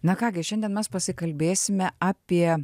na ką gi šiandien mes pasikalbėsime apie